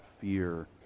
fear